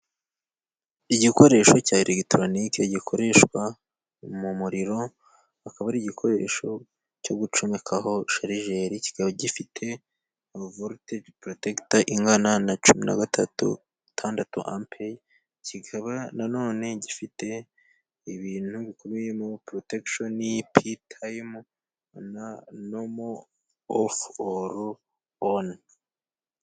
Igikoresho cya elegitoronike gikoreshwa mu muriro, akaba ari igikoresho cyo gucomekaho sharijeri, kikaba gifite abavoliteje porotegita ingana na cumi na gatatu , itandatu ammpa kikaba nano gifite ibintu bikubiyemo porotegishoni pi tayime ofu oru onu.